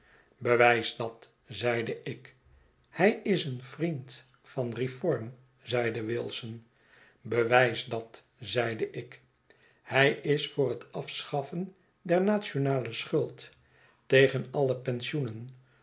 bewijs dat zeide ik hij is een vriend van de reform zeide wilson bewijs dat zeide ik hij is voor het afschaffen dernationale schuld tegen alle pensioenen